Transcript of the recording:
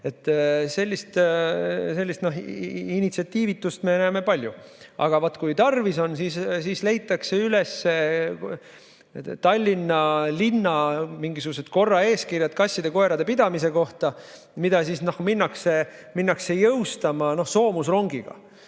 Sellist initsiatiivitust me näeme palju, aga vaat kui tarvis on, siis leitakse üles Tallinna linna mingisugused eeskirjad kasside ja koerte pidamise kohta, mida siis minnakse soomusrongiga